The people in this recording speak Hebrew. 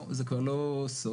זה כבר לא סוד,